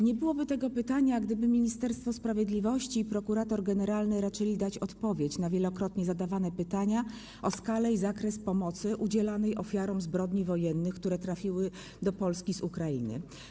Nie byłoby tego pytania, gdyby Ministerstwo Sprawiedliwości i prokurator generalny raczyli udzielić odpowiedzi na wielokrotnie zadawane pytania o skalę i zakres pomocy udzielanej ofiarom zbrodni wojennych, które trafiły do Polski z Ukrainy.